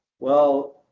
well,